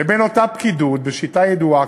לבין אותה פקידות, בשיטה ידועה.